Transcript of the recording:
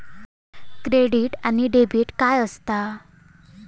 Credit आणि debit काय असता?